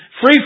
free